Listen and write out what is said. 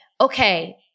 okay